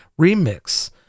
remix